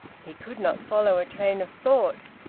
he could not follow a train of thought.